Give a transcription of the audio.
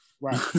right